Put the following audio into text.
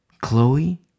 Chloe